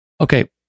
Okay